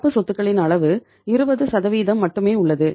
நடப்பு சொத்துகளின் அளவு 20 மட்டுமே உள்ளது